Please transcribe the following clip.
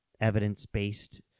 evidence-based